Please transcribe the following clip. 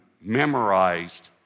memorized